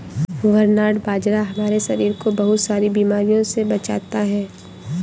barnyard बाजरा हमारे शरीर को बहुत सारी बीमारियों से बचाता है